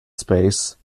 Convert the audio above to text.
space